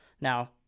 now